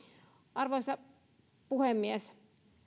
arvoisa puhemies